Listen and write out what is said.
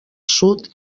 sud